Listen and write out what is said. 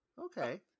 Okay